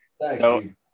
Thanks